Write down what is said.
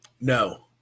no